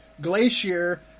Glacier